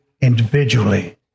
individually